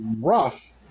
rough